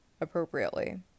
appropriately